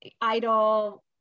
idol